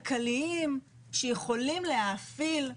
האם ישנם שיקולים כלכליים שיכולים להאפיל,